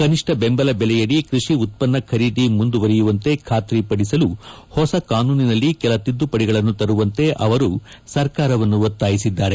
ಕನಿಷ್ಠ ಬೆಂಬಲ ಬೆಲೆಯಡಿ ಕೃಷಿ ಉತ್ಪನ್ನ ಖರೀದಿ ಮುಂದುವರೆಯುವಂತೆ ಖಾತ್ರಿಪಡಿಸಲು ಹೊಸ ಕಾನೂನಿನಲ್ಲಿ ಕೆಲ ತಿದ್ದುಪಡಿಗಳನ್ನು ತರುವಂತೆ ಅವರು ಸರ್ಕಾರವನ್ನು ಒತ್ತಾಯಿಸಿದ್ದಾರೆ